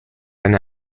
eine